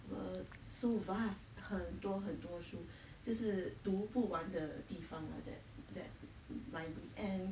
!wah! so vast 很多很多书就是读不完的地方 or that that library and